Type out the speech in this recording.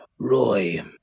Roy